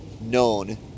known